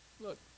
look